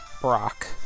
Brock